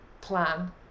plan